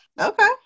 okay